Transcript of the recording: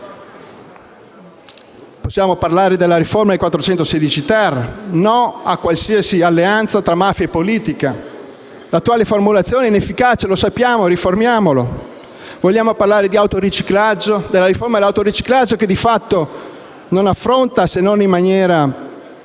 Possiamo parlare della riforma del 416-*ter*: no a qualsiasi alleanza tra mafia e politica. L'attuale formulazione è inefficace, e lo sappiamo. Allora riformiamolo. Vogliamo parlare di autoriciclaggio e della sua riforma che, di fatto, non affronta, se non in misura